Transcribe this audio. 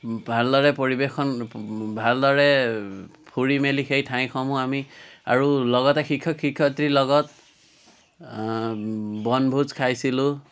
ভালদৰে পৰিৱেশন ভালদৰে ফুৰি মেলি সেই ঠাইসমূহ আমি আৰু লগতে শিক্ষক শিক্ষয়ত্ৰীৰ লগত বনভোজ খাইছিলোঁ